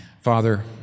Father